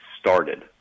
started